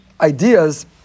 ideas